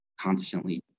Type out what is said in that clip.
constantly